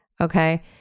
Okay